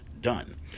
done